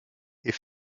est